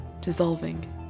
dissolving